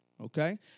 Okay